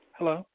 Hello